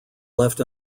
left